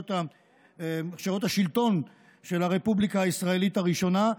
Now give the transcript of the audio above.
רשויות השלטון של הרפובליקה הישראלית הראשונה,